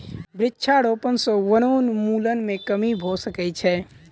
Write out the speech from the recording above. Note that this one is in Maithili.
वृक्षारोपण सॅ वनोन्मूलन मे कमी भ सकै छै